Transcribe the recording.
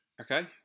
Okay